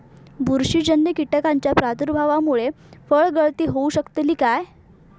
बुरशीजन्य कीटकाच्या प्रादुर्भावामूळे फळगळती होऊ शकतली काय?